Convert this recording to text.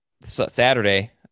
Saturday